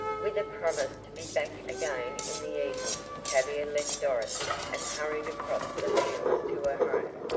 with a promise to be back again in the evening tavia left dorothy and hurried across the fields to her home.